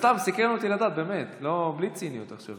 סתם סקרן אותי לדעת, באמת, בלי ציניות עכשיו.